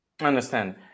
understand